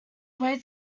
way